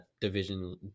division